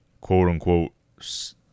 quote-unquote